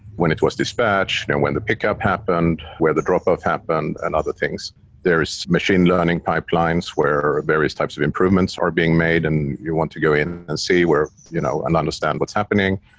when it was dispatched and when the pickup happened, where the drop-off happened and other things there is machine learning pipelines where various types of improvements are being made and you want to go in and see where you know and understand what's happening.